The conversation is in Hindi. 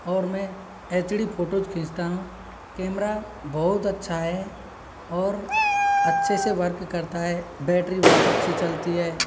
और मैं एच डी फ़ोटोज़ खींचता हूँ कैमरा बहुत अच्छा है और अच्छे से वर्क करता है बैटरी बहुत अच्छी चलती है